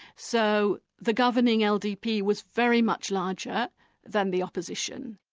so the governing ldp was very much larger than the opposition.